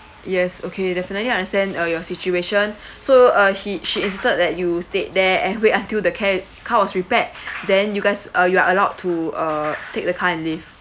yes okay definitely understand uh your situation so uh he she insisted that you stayed there and wait until the ca~ car was repaired then you guys are you are allowed to uh take the car and leave